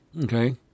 Okay